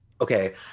Okay